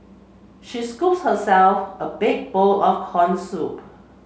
she scoops herself a big bowl of corn soup